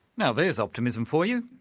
now there's optimism for you.